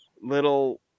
little